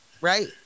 right